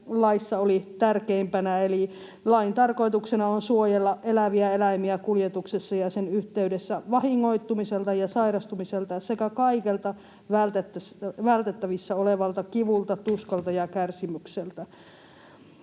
laissa oli tärkeimpänä, eli lain tarkoituksena on suojella eläviä eläimiä kuljetuksessa ja sen yhteydessä vahingoittumiselta ja sairastumiselta sekä kaikelta vältettävissä olevalta kivulta, tuskalta ja kärsimykseltä.